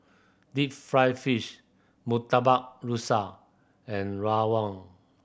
deep fried fish Murtabak Rusa and rawon